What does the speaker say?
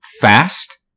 fast